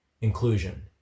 inclusion